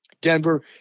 Denver